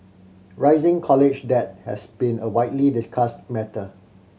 rising college debt has been a widely discussed matter